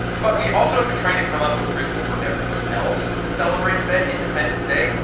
but we also have been trying to come up with a ritual for everyone else to celebrate fed independence day,